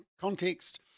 context